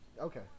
okay